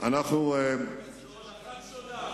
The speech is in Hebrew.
הולכת שולל.